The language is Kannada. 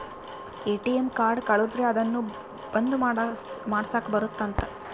ಎ.ಟಿ.ಎಮ್ ಕಾರ್ಡ್ ಕಳುದ್ರೆ ಅದುನ್ನ ಬಂದ್ ಮಾಡ್ಸಕ್ ಬರುತ್ತ ಅಂತ